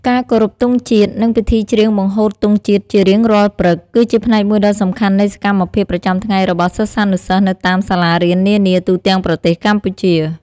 ការគោរពទង់ជាតិ និងពិធីច្រៀងបង្ហូតទង់ជាតិជារៀងរាល់ព្រឹក គឺជាផ្នែកមួយដ៏សំខាន់នៃសកម្មភាពប្រចាំថ្ងៃរបស់សិស្សានុសិស្សនៅតាមសាលារៀននានាទូទាំងប្រទេសកម្ពុជា។